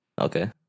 Okay